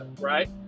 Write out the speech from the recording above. Right